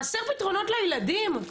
חסרים פתרונות לילדים?